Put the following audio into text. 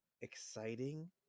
exciting